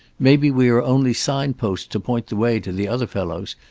maybe we are only signposts to point the way to the other fellows,